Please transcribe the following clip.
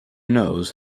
knows